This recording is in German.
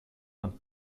und